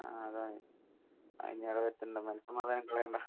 ആ അതാണ് ആ ഇനിയത് വരുത്തണ്ട മനസമാധാനം കളയണ്ട